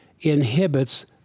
inhibits